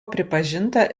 pripažinta